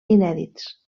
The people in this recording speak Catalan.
inèdits